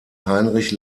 heinrich